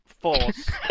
force